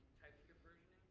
type script versioning?